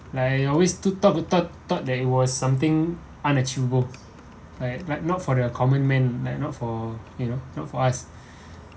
like I always to thought the thought thought that it was something unachievable like like not for the common man like not for you know for us